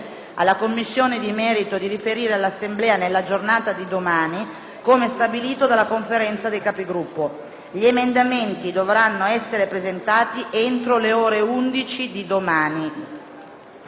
alla Commissione di merito di riferire all'Assemblea nella giornata di domani, come stabilito dalla Conferenza dei Capigruppo. Gli emendamenti dovranno essere presentati entro le ore 11 di domani.